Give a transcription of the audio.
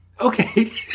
Okay